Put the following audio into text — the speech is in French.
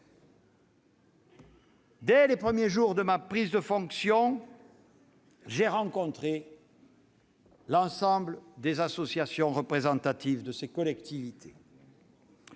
Dès les premiers jours qui ont suivi ma prise de fonction, j'ai rencontré l'ensemble des associations représentatives des collectivités